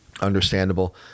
understandable